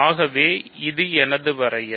ஆகவே இது எனது வரையறை